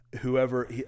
whoever